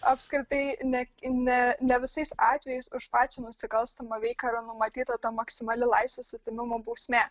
apskritai ne ne ne visais atvejais už pačią nusikalstamą veiką yra numatyta ta maksimali laisvės atėmimo bausmė